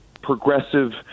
progressive